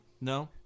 No